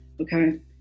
okay